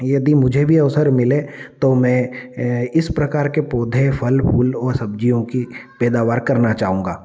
यदि मुझे भी अवसर मिले तो मैं इस प्रकार के पौधे फ़ल फ़ूल और सब्जियों की पेदावर करना चाहूँगा